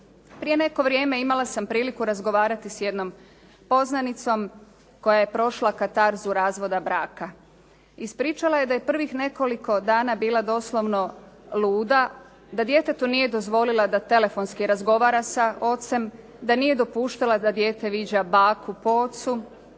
Prije neko vrijeme imala sam priliku razgovarati s jednom poznanicom koja je prošla katarzu razvoda braka. Ispričala je da je prvih nekoliko dana bilo doslovno luda, da djetetu nije dozvolila da telefonski razgovara sa ocem. Da nije dopuštala da dijete viđa baku po ocu.